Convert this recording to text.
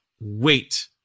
wait